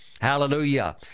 Hallelujah